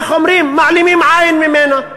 איך אומרים, מעלימים עין ממנה.